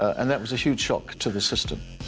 and that was a huge shock to the system